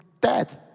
dead